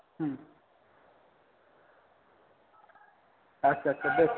হুম আচ্ছা আচ্ছা বেশ